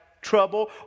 trouble